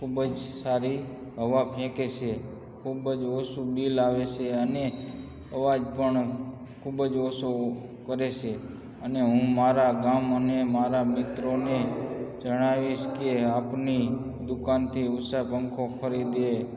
ખૂબ જ સારી હવા ફેંકે છે ખૂબ જ ઓછું બીલ આવે છે અને અવાજ પણ ખૂબ જ ઓછો કરે છે અને હું મારા ગામ અને મારા મિત્રોને જણાવીશ કે આપની દુકાનથી ઉષા પંખો ખરીદે